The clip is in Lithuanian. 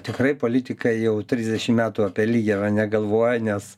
tikrai politikai jau trisdešim metų apie lygiavą negalvoja nes